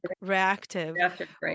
reactive